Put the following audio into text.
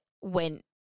went